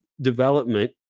development